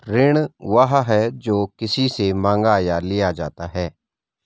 ऋण वह है, जो किसी से माँगा या लिया जाता है